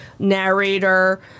narrator